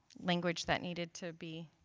language that needed to be.